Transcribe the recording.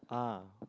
ah